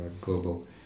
global